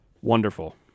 Wonderful